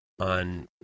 on